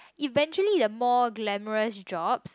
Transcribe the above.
eventually the more glamorous jobs